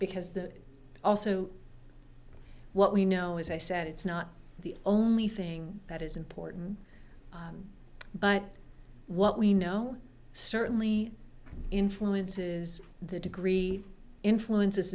because the also what we know is i said it's not the only thing that is important but what we know certainly influences the degree influences